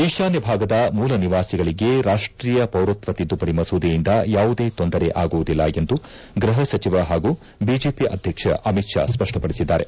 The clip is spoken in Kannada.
ಈಶಾನ್ಯ ಭಾಗದ ಮೂಲ ನಿವಾಸಿಗಳಿಗೆ ರಾಷ್ಷೀಯ ಪೌರತ್ವ ತಿದ್ದುಪಡಿ ಮಸೂದೆಯಿಂದ ಯಾವುದೇ ತೊಂದರೆ ಆಗುವುದಿಲ್ಲ ಎಂದು ಗೃಹ ಸಚಿವ ಹಾಗೂ ಬಿಜೆಪಿ ಅಧ್ಯಕ್ಷ ಅಮಿತ್ ಶಾ ಸ್ಪಷ್ಟಪಡಿಸಿದ್ದಾರೆ